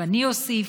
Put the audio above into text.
ואני אוסיף: